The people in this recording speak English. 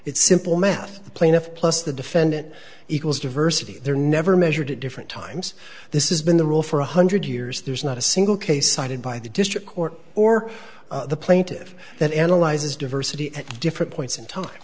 it's simple math the plaintiff plus the defendant equals diversity they're never measured at different times this is been the rule for one hundred years there's not a single case cited by the district court or the plaintive that analyzes diversity at different points in time